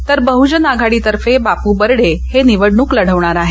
तर बहजन आघाडीतर्फे बापू बर्डे हे निवडणूक लढवणार आहेत